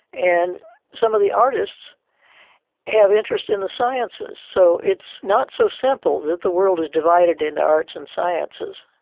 and some of the artists have interest in the sciences. so it's not so simple that the world is divided into arts and sciences.